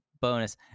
bonus